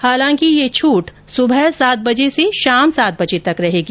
हालांकि यह छूट सुबह सात से शाम सात बजे तक रहेगी